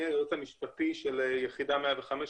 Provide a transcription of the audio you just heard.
אני היועמ"ש של יחידה 105,